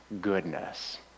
goodness